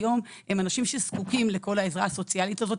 היום הם אנשים שזקוקים לכל העזרה הסוציאלית הזאת,